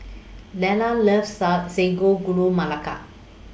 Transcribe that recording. Lera loves Sago Gula Melaka